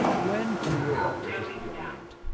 when and where was the studiolo made?